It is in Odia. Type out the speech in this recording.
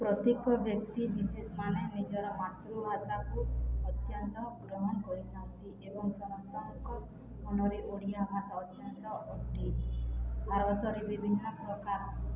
ପ୍ରତ୍ୟେକ ବ୍ୟକ୍ତି ବିଶେଷମାନେ ନିଜର ମାତୃଭାଷାକୁ ଅତ୍ୟନ୍ତ ଗ୍ରହଣ କରିଥାନ୍ତି ଏବଂ ସମସ୍ତଙ୍କ ମନରେ ଓଡ଼ିଆ ଭାଷା ଅତ୍ୟନ୍ତ ଅଟେ ଭାରତରେ ବିଭିନ୍ନ ପ୍ରକାର